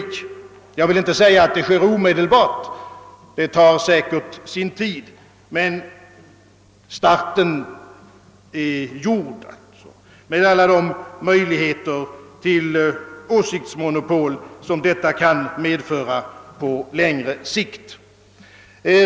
Jag säger inte att den processen kommer att sätta in omedelbart. Det tar säkert sin tid. Men starten är gjord, med alla de möjligheter till åsiktsmonopol som detta kan medföra på längre sikt.